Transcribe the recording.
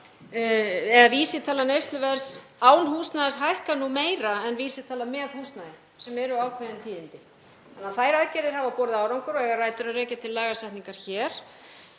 að vísitala neysluverðs án húsnæðis hækkar meira en vísitala með húsnæði sem eru ákveðin tíðindi. Þær aðgerðir hafa því borið árangur og eiga rætur að rekja til lagasetningar hér.